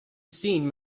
seen